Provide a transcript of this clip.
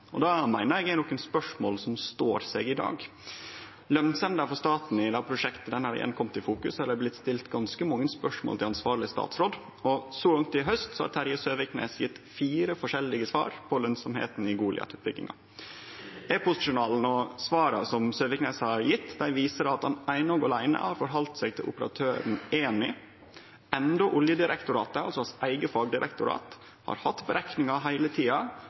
Det meiner eg er spørsmål som står seg i dag. Lønsemda til staten i det prosjektet har igjen kome i fokus, og det har blitt stilt ganske mange spørsmål til ansvarleg statsråd. Så langt i haust har Terje Søviknes gjeve fire forskjellige svar på lønsemda i Goliat-utbygginga. E-postjournalen og svara som Søviknes har gjeve, viser at han eine og aleine har halde seg til operatøren Eni, endå Oljedirektoratet – hans eige fagdirektorat – heile tida har hatt berekningar